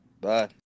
Bye